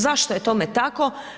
Zašto je tome tako?